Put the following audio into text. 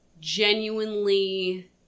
genuinely